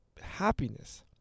happiness